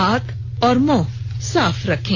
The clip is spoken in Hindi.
हाथ और मुंह साफ रखें